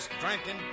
Drinking